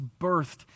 birthed